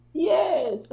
Yes